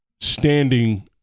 standing